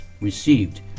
received